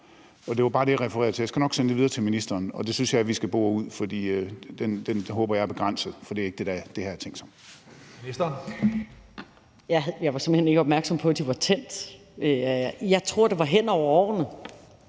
hen ikke opmærksom på, at mikrofonerne var tændt. Jeg tror, det var hen over årene.